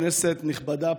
כנסת נכבדה,